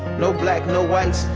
no black, no whites,